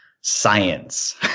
science